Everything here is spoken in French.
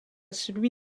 celui